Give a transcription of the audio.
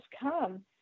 come